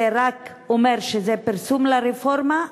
זה רק אומר שזה פרסום לרפורמה.